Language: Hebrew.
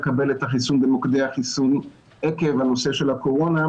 לקבל את החיסון במוקדי החיסון עקב הנושא של הקורונה,